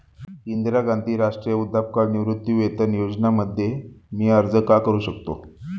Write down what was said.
इंदिरा गांधी राष्ट्रीय वृद्धापकाळ निवृत्तीवेतन योजना मध्ये मी अर्ज का करू शकतो का?